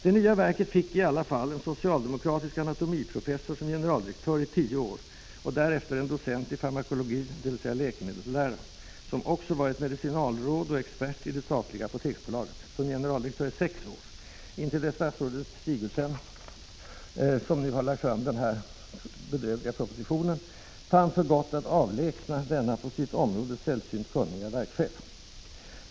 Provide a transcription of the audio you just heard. Det nya verket fick i alla fall en socialdemokratisk anatomiprofessor som generaldirektör i tio år och därefter en docent i farmakologi, dvs. läkemedelslära, som också varit medicinalråd och expert i det statliga Apoteksbolaget, som generaldirektör i sex år, intill dess statsrådet Sigurdsen, som nu lagt fram denna bedrövliga proposition, fann för gott att avlägsna denna på detta område sällsynt kunniga verkschef.